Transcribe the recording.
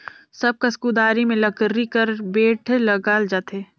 सब कस कुदारी मे लकरी कर बेठ लगाल जाथे